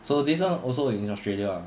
so this one also in australia